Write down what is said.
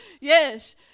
Yes